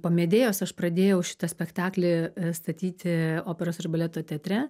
po medėjos aš pradėjau šitą spektaklį statyti operos ir baleto teatre